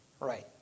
Right